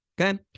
Okay